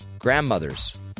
grandmothers